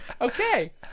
Okay